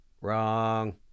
Wrong